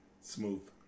Smooth